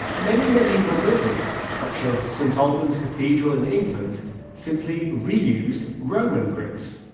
many medieval buildings, such as saint alban's cathedral in england simply reused roman bricks.